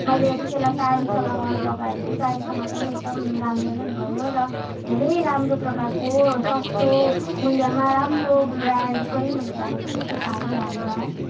मैले यदि त्यसलाई प्यान्टसँग लगाएँ भने प्यान्टसँग पनि एकदम राम्रो नै भयो र धेरै राम्रो प्रकारको सस्तो मूल्यमा राम्रो ब्र्यान्डकै मैले ब्यागहरू चाहिँ पाएँ ह्यान्ड ब्याग